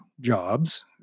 jobs